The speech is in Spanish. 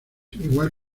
igual